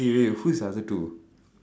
wait who is the other two